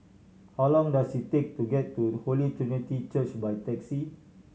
how long does it take to get to Holy Trinity Church by taxi